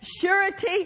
surety